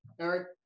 Eric